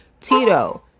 Tito